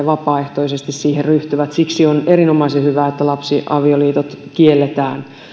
vapaaehtoisesti siihen ryhtyvät siksi on erinomaisen hyvä että lapsiavioliitot kielletään